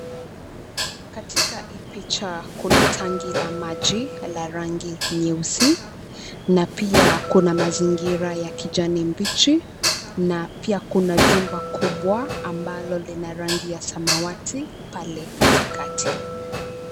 Katika hii picha kuna tangi la maji, la rangi nyeusi, na pia kuna mazingira ya kijani mbichi, na pia kuna jumba kubwa ambalo lina rangi ya samawati, pale katikati.